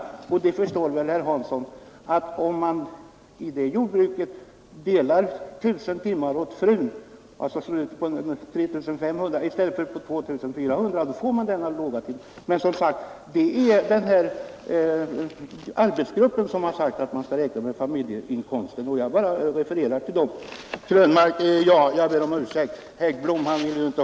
Herr Hansson förstår väl att om man i det jordbruket räknar med 1 000 timmar för frun och alltså slår ut inkomsten på 3 500 timmar i stället för 2 400 så får man denna låga timlön. Det är som sagt den här arbetsgruppen som har angivit att man skall räkna med familjeinkomsten. Jag bara refererar det. Jag ber herr Krönmark om ursäkt.